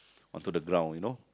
onto the ground you know